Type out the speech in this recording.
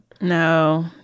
No